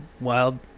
wild